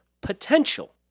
potential